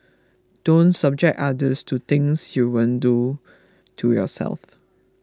don't subject others to things you won't do to yourself